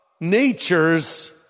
nature's